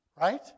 Right